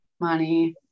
money